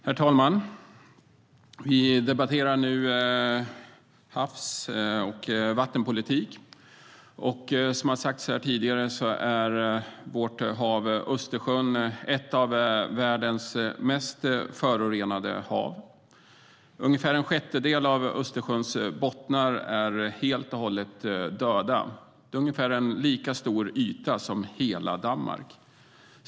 Herr talman! Vi debatterar nu havs och vattenpolitik. Som har sagts här tidigare är vårt hav Östersjön ett av världens mest förorenade hav. Ungefär en sjättedel av Östersjöns bottnar är helt och hållet döda. Det är ungefär en lika stor yta som hela Danmark.